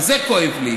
זה כואב לי.